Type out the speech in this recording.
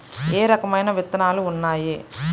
ఏ రకమైన విత్తనాలు ఉన్నాయి?